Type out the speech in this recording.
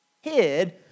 hid